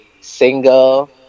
single